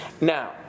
Now